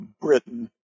Britain